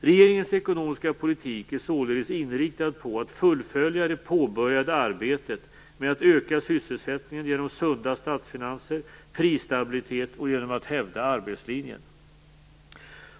Regeringens ekonomiska politik är således inriktad på att fullfölja det påbörjade arbetet med att öka sysselsättningen genom sunda statsfinanser och prisstabilitet och genom att hävda arbetslinjen.